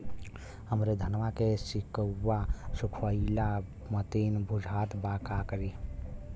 हमरे धनवा के सीक्कउआ सुखइला मतीन बुझात बा का करीं?